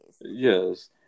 Yes